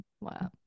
Wow